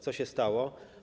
Co się stało?